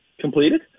completed